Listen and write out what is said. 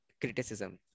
criticism